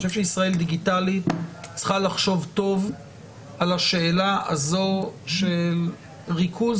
אני חושב שישראל דיגיטלית צריכה לחשוב טוב על השאלה הזו של ריכוז